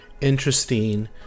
interesting